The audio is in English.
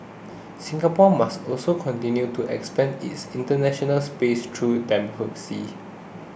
Singapore must also continue to expand its international space through diplomacy